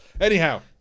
Anyhow